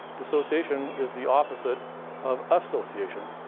dissociation is the opposite of association.